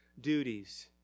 duties